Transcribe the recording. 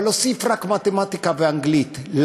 אבל להוסיף רק מתמטיקה ואנגלית.